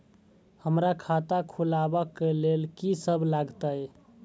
हमरा खाता खुलाबक लेल की सब लागतै?